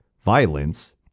Violence